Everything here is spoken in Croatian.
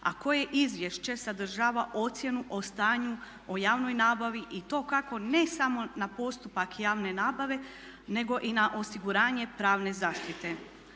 a koje izvješće sadržava ocjenu o stanju, o javnoj nabavi i to kako ne samo na postupak javne nabave nego i na osiguranje pravne zaštite.